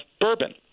bourbon